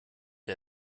ihr